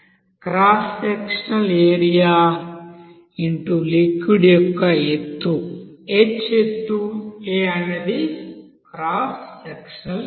cross sectional area x liquid యొక్క ఎత్తు h ఎత్తు A అనేది క్రాస్ సెక్షనల్ ఏరియా